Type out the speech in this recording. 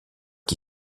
qui